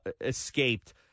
escaped